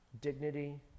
dignity